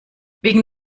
wegen